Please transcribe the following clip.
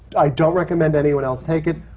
i don't recommend anyone else take it.